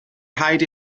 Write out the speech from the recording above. rhaid